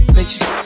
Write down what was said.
Bitches